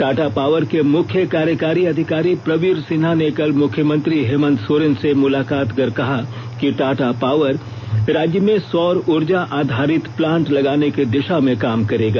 Tata power के मुख्य कार्यकारी अधिकारी प्रवीर सिन्हा ने कल मुख्यमंत्री हेमंत सोरेन से मुलाकात कर कहा कि टाटा पावर राज्य में सौर ऊर्जा आधारित प्लांट लगाने की दिशा में काम करेगा